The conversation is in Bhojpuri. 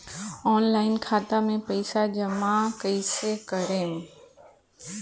ऑनलाइन खाता मे पईसा जमा कइसे करेम?